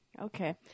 Okay